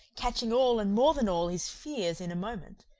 catching all, and more than all, his fears in a moment,